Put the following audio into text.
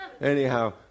anyhow